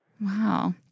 Wow